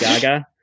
Gaga